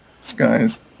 skies